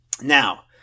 now